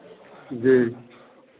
जी